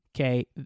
Okay